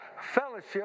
fellowship